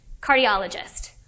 cardiologist